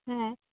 ᱦᱮᱸ